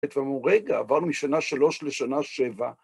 ואמרו, רגע, עברנו משנה שלוש לשנה שבע.